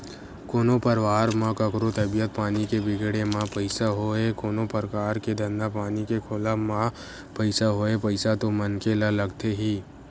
कोनो परवार म कखरो तबीयत पानी के बिगड़े म पइसा होय कोनो परकार के धंधा पानी के खोलब म पइसा होय पइसा तो मनखे ल लगथे ही